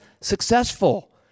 successful